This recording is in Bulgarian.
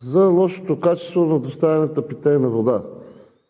за лошото качество на доставяната питейна вода.